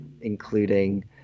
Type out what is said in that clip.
including